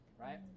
right